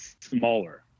smaller